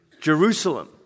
Jerusalem